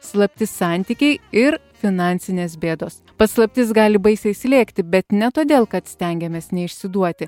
slapti santykiai ir finansinės bėdos paslaptis gali baisiai slėgti bet ne todėl kad stengiamės neišsiduoti